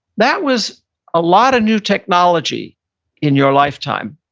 that was a lot of new technology in your lifetime.